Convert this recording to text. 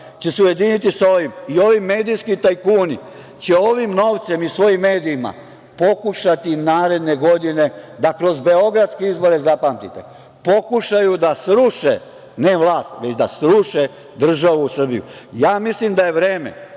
ujediniće se sa ovim i ovi medijski tajkuni će ovim novcem i svojim medijima pokušati naredne godine da kroz beogradske izbore, zapamtite, pokušaju da sruše ne vlast već da sruše državu Srbiju. Ja mislim da je vreme